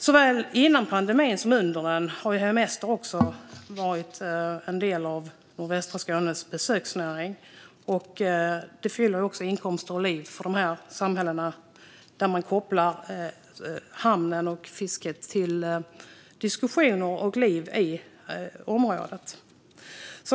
Såväl innan pandemin som under den har hemester varit en del av nordvästra Skånes besöksnäring, vilket fyller dessa samhällen med inkomster och liv. Man kopplar hamnen och fisket till diskussioner och liv i området.